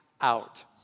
out